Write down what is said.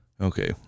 Okay